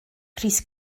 crys